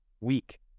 weak